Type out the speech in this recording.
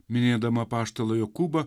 minėdama apaštalą jokūbą